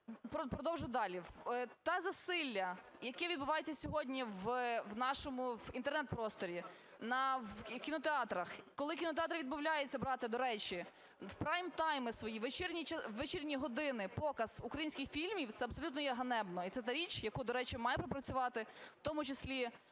Те засилля, яке відбувається сьогодні в нашому інтернет-просторі, в кінотеатрах, коли кінотеатри відмовляються брати, до речі, в прайм-тайми свої у вечірні години показ українських фільмів, це абсолютно є ганебно. І це та річ, яку, до речі, має пропрацювати в тому числі